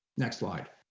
next slide.